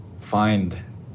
find